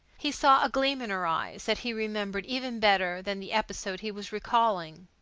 he saw a gleam in her eyes that he remembered even better than the episode he was recalling.